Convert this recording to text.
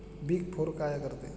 Big four काय करते?